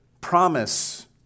promise